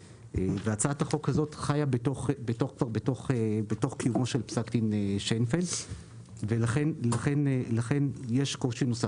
והצעת החוק הזאת חיה בתוך קיומו של פסק דין שיינפלד ולכן יש קושי נוסף.